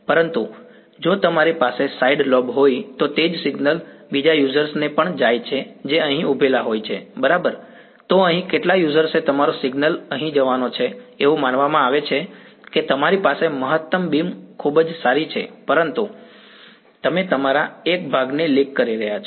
પરંતુ જો તમારી પાસે સાઇડ લોબ હોય તો તે જ સિગ્નલ બીજા યુઝર ને પણ જાય છે જે અહીં ઉભેલા હોય છે બરાબર તો અહીં કેટલાક યુઝર્સે તમારો સિગ્નલ અહીં જવાનો છે એવું માનવામાં આવે છે કે તમારી પાસે મહત્તમ બીમ ખૂબ જ સારી છે પરંતુ તમે તમારા એક ભાગને લીક કરી રહ્યા છો